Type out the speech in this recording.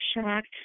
Shocked